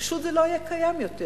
פשוט זה לא יהיה קיים יותר,